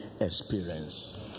experience